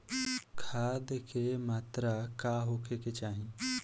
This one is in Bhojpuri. खाध के मात्रा का होखे के चाही?